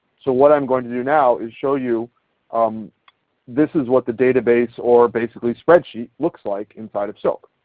so what i'm going to do now is show you um this is what the database or basically spreadsheet looks like inside of silk.